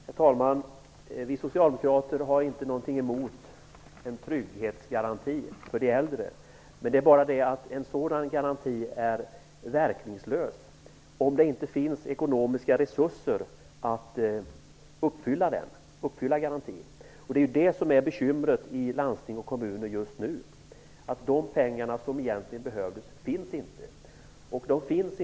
Herr talman! Vi socialdemokrater har inget emot en trygghetsgaranti för de äldre. Men en sådan garanti är verkningslös om det inte finns ekonomiska resurser så att man kan uppfylla den. Det är detta som är bekymret i landsting och kommuner just nu, dvs. att de pengar som egentligen behövs inte finns.